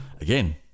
again